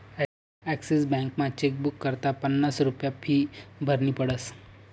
Axis बॅकमा chequebook करता पन्नास रुप्या फी भरनी पडस